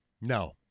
No